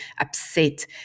upset